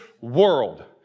world